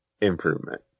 improvement